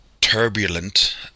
turbulent